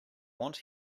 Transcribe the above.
want